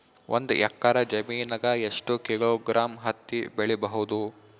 ಒಂದ್ ಎಕ್ಕರ ಜಮೀನಗ ಎಷ್ಟು ಕಿಲೋಗ್ರಾಂ ಹತ್ತಿ ಬೆಳಿ ಬಹುದು?